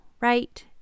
right